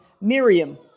Miriam